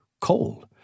cold